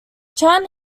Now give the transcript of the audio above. chan